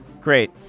great